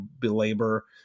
belabor